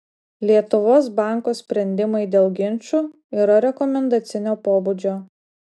lietuvos banko sprendimai dėl ginčų yra rekomendacinio pobūdžio